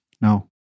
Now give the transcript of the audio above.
No